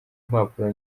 impapuro